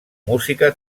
música